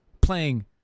playing